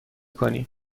کنی